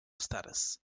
status